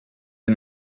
des